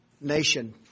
nation